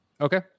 Okay